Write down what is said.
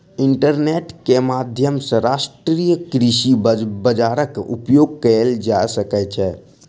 internet के माध्यम सॅ राष्ट्रीय कृषि बजारक उपयोग कएल जा सकै छै